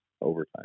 overtime